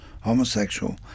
homosexual